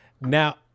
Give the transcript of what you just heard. Now